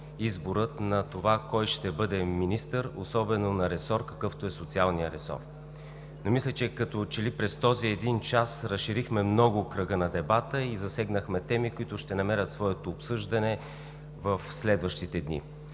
изборът на това кой ще бъде министър, особено на ресор, какъвто е социалният ресор. Но мисля, че през този един час разширихме много кръга на дебата и засегнахме теми, които ще намерят своето обсъждане в следващите дни.